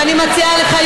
ואני מציעה לך,